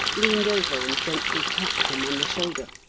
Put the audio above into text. leaned over and gently tapped him on the shoulder.